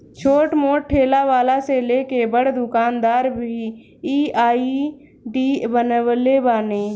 छोट मोट ठेला वाला से लेके बड़ दुकानदार भी इ आई.डी बनवले बाने